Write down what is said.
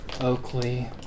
oakley